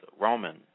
Roman